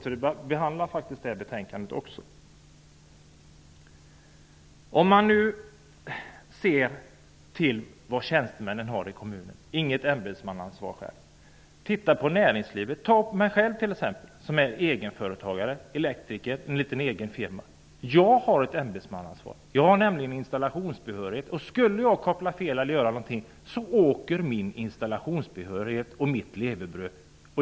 Betänkandet behandlar faktiskt det också. Om man ser till tjänstemännen i kommunerna -- inget ämbetsmannaansvar. Titta på näringslivet! Jag kan ta mig själv som exempel. Jag är egenföretagare, elektriker, med en liten egen firma. Jag har ett ämbetsmannaansvar. Jag har nämligen installationsbehörighet. Skulle jag koppla fel eller göra något sådant åker min installationsbehörighet och mitt levebröd.